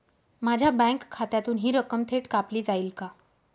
माझ्या बँक खात्यातून हि रक्कम थेट कापली जाईल का?